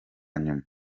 nyuma